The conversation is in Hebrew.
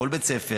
בכל בית ספר,